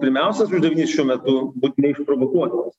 pirmiausias uždavinys šiuo metu būt neišprovokuotiems